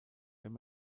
wenn